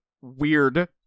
weird